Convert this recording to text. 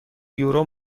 یورو